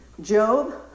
Job